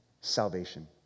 Salvation